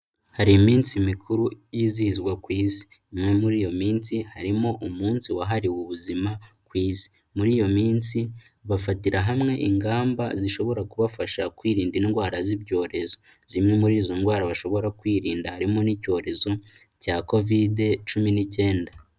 Hari iminsi mikuru yizihizwa ku isi. Imwe muri iyo minsi harimo Umunsi Wahariwe Ubuzima ku Isi. Muri iyo minsi bafatira hamwe ingamba zishobora kubafasha kwirinda indwara z'ibyorezo. Zimwe muri izo ndwara bashobora kwirinda harimo n'icyorezo cya covid cumi n'icyenda.